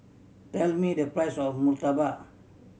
tell me the price of murtabak